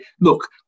look